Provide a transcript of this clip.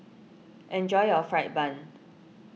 enjoy your Fried Bun